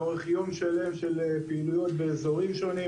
לאורך יום שלם של פעילויות באזורים שונים,